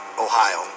Ohio